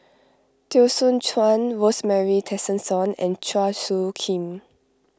Teo Soon Chuan Rosemary Tessensohn and Chua Soo Khim